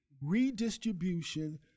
redistribution